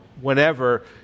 whenever